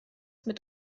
mit